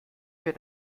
wir